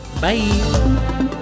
Bye